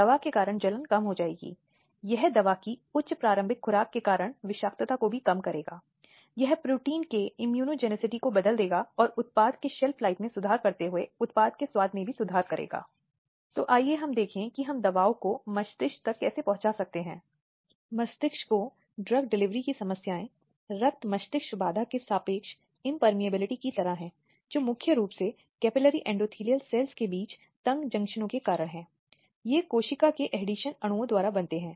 अब इनमें यौन उत्पीड़न के अपराध एक महिला को निर्वस्त्र करने का अपराध घूरने का अपराध एसिड हमले का अपराध शामिल हैं जो कल के पिछले व्याख्यान में यह पहले ही कहे जा चुके हैं कोई लिंग विशेष अपराध नहीं है लेकिन लिंग तटस्थ है जो मूल रूप से एसिड को प्रशासित करके दुख का कारण बनता है